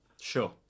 Sure